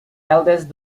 eldest